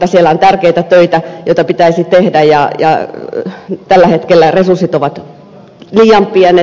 siellä on tärkeitä töitä joita pitäisi tehdä ja tällä hetkellä resurssit ovat liian pienet